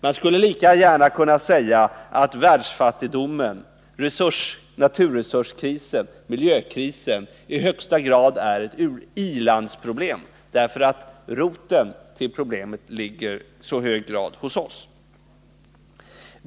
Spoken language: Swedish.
Man skulle lika gärna kunna säga att världsfattigdomen, naturresurskrisen och miljökrisen i högsta grad är i-landsproblem därför att roten till problemen i så stor utsträckning ligger hos OSS.